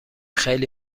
خیلی